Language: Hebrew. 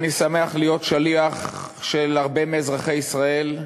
אני שמח להיות שליח של הרבה מאזרחי ישראל,